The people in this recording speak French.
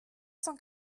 cent